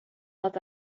had